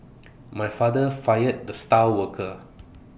my father fired the star worker